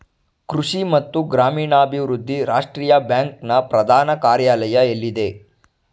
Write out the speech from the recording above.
ಕೃಷಿ ಮತ್ತು ಗ್ರಾಮೀಣಾಭಿವೃದ್ಧಿ ರಾಷ್ಟ್ರೀಯ ಬ್ಯಾಂಕ್ ನ ಪ್ರಧಾನ ಕಾರ್ಯಾಲಯ ಎಲ್ಲಿದೆ?